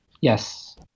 Yes